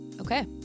okay